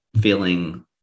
feeling